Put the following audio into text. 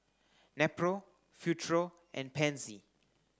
Nepro Futuro and Pansy